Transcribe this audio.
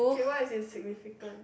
K what is it's significance